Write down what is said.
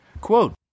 Quote